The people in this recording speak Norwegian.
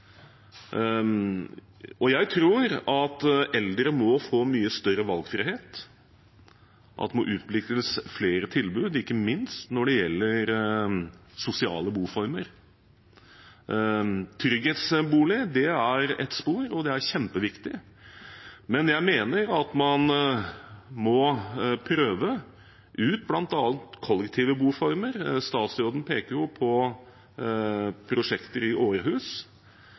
må utvikles flere tilbud, ikke minst når det gjelder sosiale boformer. Trygghetsbolig er ett spor, og det er kjempeviktig, men jeg mener at man må prøve ut bl.a. kollektive boformer. Statsråden peker på prosjekter i Århus